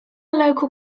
local